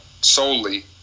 solely